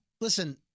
listen